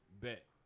bet